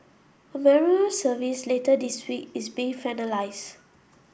a memorial service later this week is being finalised